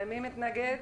מי נגד?